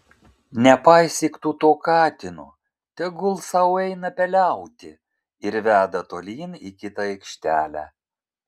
nepaisyk tu to katino tegul sau eina peliauti ir veda tolyn į kitą aikštelę